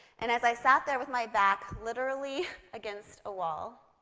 and as i sat there with my back literally against a wall,